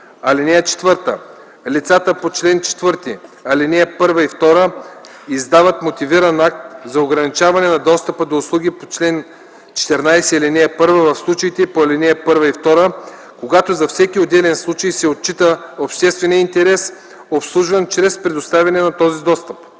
среда. (4) Лицата по чл. 4, ал. 1 и 2 издават мотивиран акт за ограничаване на достъпа до услуги по чл. 14, ал. 1 в случаите по ал. 1 и 2, като за всеки отделен случай се отчита общественият интерес, обслужван чрез предоставянето на този достъп.